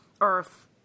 earth